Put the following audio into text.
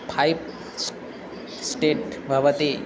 pipe state भवति